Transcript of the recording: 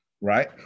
right